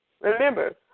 Remember